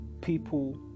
people